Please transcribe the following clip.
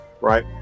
right